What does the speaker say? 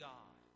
God